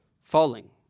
falling